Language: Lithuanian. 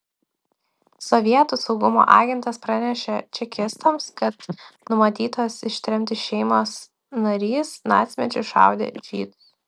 sovietų saugumo agentas pranešė čekistams kad numatytos ištremti šeimos narys nacmečiu šaudė žydus